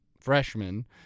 freshman